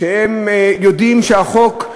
שהם יודעים שהחוק,